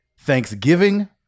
Thanksgiving